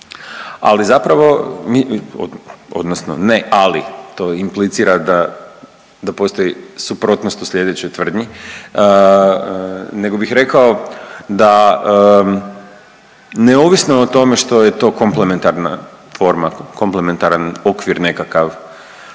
ali zapravo mi odnosno ne ali, to implicira da, da postoji suprotnost u slijedećoj tvrdnji, nego bih rekao da neovisno o tome što je to komplementarna forma, komplementaran okvir nekakav